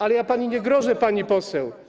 Ale ja pani nie grożę, pani poseł.